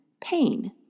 pain